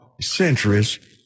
centuries